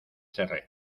cerré